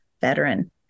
veteran